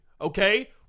Okay